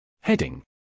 Heading